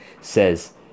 says